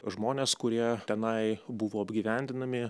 žmonės kurie tenai buvo apgyvendinami